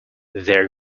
there